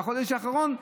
בחודש האחרון,